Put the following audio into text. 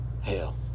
Hell